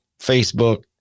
facebook